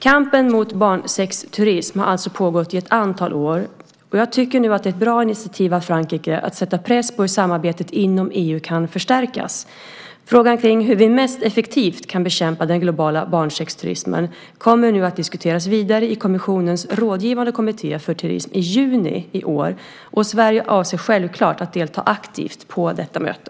Kampen mot barnsexturism har alltså pågått i ett antal år, men jag tycker det är ett bra initiativ av Frankrike att nu sätta press på hur samarbetet inom EU kan förstärkas. Frågor kring hur vi mest effektivt kan bekämpa den globala barnsexturismen kommer nu att diskuteras vidare i kommissionens rådgivande kommitté för turism i juni i år. Sverige avser självklart att delta aktivt på detta möte.